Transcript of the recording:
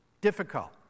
Difficult